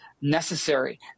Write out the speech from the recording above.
necessary